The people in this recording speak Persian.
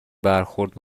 برخورد